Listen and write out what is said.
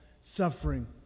suffering